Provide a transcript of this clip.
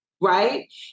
right